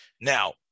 Now